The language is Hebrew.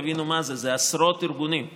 תבינו מה זה, זה עשרות ארגונים.